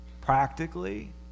Practically